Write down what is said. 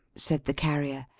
said the carrier,